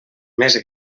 més